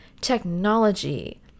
technology